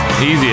Easy